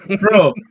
bro